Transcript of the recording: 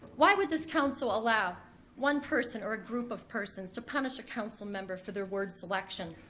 why would this council allow one person or a group of persons to punish a council member for their word selection?